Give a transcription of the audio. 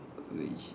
which